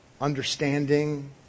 understanding